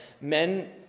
men